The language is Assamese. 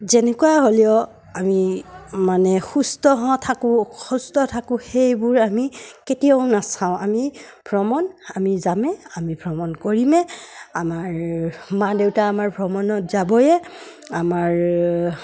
যেনেকুৱা হ'লেও আমি মানে সুস্থ হ থাকোঁ অসুস্থ থাকোঁ সেইবোৰ আমি কেতিয়াও নাচাওঁ আমি ভ্ৰমণ আমি যামে আমি ভ্ৰমণ কৰিমে আমাৰ মা দেউতা আমাৰ ভ্ৰমণত যাবয়ে আমাৰ